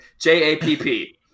J-A-P-P